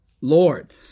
Lord